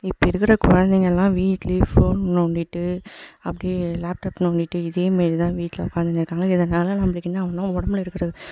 இப்போ இருக்கிற குழந்தைங்களெலாம் வீட்டிலையே ஃபோன் நோண்டிகிட்டு அப்படியே லேப்டாப் நோண்டிகிட்டு இதேமாரி தான் வீட்டில் உட்காந்துனு இருக்காங்க இருந்தாலும் நம்மளுக்கு என்ன ஆகுன்னா உடம்புல இருக்கிற